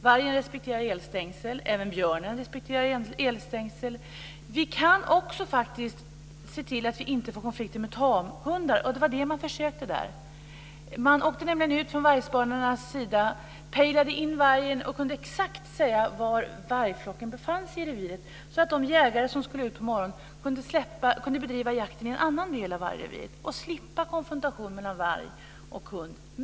Vargen respekterar elstängsel, och det gör även björnen. Vi kan också se till att det inte blir konflikter med tamhundar. Det var det man försökte göra i Grangärde. Man åkte ut från vargspanarnas sida, pejlade in vargen och kunde exakt säga var vargflocken befann sig i reviret så att de jägare som skulle ut på morgonen kunde bedriva jakten i en annan del av vargreviret och slippa konfrontation mellan varg och hund.